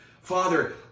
Father